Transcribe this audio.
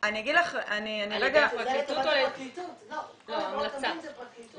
כל הנתונים זה פרקליטות.